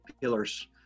pillars